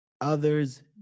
Others